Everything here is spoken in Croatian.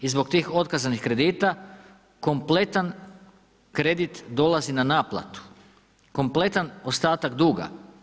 I zbog tih otkazanih kredita kompletan kredit dolazi na naplatu, kompletan ostatak duga.